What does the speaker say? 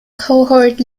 cohort